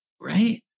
right